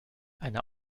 eine